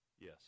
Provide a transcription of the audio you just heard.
Yes